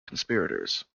conspirators